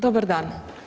Dobar dan.